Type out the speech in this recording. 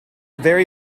very